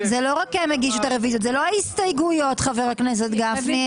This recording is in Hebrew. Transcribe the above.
הצבעה ההסתייגות לא נתקבלה ההסתייגות לא התקבלה.